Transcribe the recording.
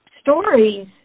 stories